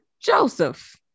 joseph